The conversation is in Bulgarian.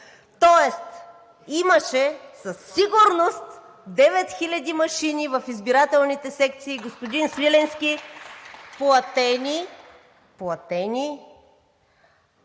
Тоест имаше със сигурност 9000 машини в избирателните секции, господин Свиленски (ръкопляскания